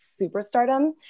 superstardom